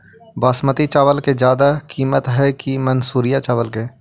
बासमती चावल के ज्यादा किमत है कि मनसुरिया चावल के?